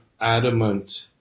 adamant